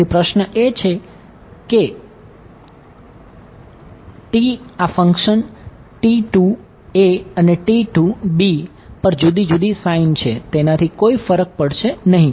તેથી પ્રશ્ન એ છે કે T આ 2 ફંક્શન અને પર જુદી જુદી સાઇન છે તેનાથી કોઈ ફરક પડશે નહીં